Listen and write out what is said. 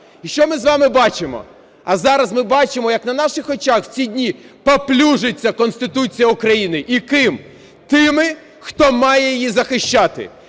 І що ми з вами бачимо? А зараз ми бачимо, як на наших очах в ці дні паплюжиться Конституція України. І ким? Тими, хто має її захищати.